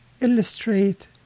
illustrate